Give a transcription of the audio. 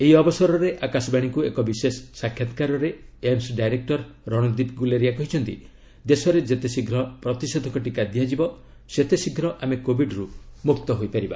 ଏହି ଅବସରରେ ଆକାଶବାଣୀକୁ ଏକ ବିଶେଷ ସାକ୍ଷାତକାରରେ ଏମ୍ସ ଡାଇରେକ୍ର ରଣଦୀପ ଗୁଲେରିଆ କହିଛନ୍ତି ଦେଶରେ ଯେତେଶୀଘ୍ୱ ପ୍ରତିଷେଧକ ଟିକା ଦିଆଯିବ ସେତେଶୀଘ୍ୱ ଆମେ କୋବିଡର୍ ମୁକ୍ତ ହୋଇପାରିବା